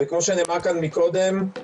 כמו שנאמר כאן מקודם,